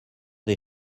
des